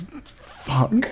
fuck